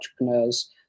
entrepreneurs